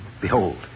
Behold